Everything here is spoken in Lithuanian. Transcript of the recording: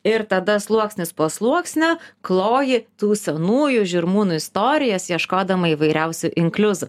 ir tada sluoksnis po sluoksnio kloji tų senųjų žirmūnų istorijas ieškodama įvairiausių inkliuzų